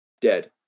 dead